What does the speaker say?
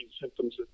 symptoms